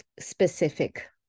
specific